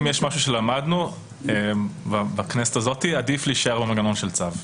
אם יש משהו שלמדנו בכנסת הזאת - עדיף להישאר במגמה של צו.